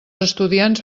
estudiants